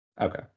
Okay